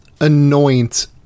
anoint